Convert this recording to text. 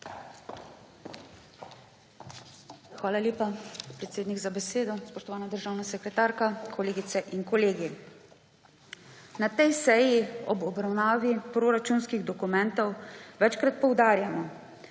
Hvala lepa, predsednik za besedo. Spoštovana državna sekretarka, kolegice in kolegi! Na tej seji ob obravnavi proračunskih dokumentov večkrat poudarjamo,